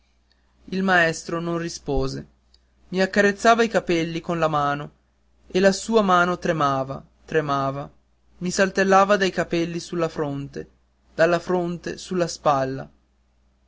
il maestro non rispose mi accarezzava i capelli con la mano e la sua mano tremava tremava mi saltava dai capelli sulla fronte dalla fronte sulla spalla